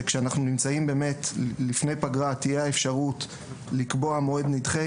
שכשאנחנו נמצאים באמת לפני פגרה תהיה אפשרות לקבוע מועד נדחה,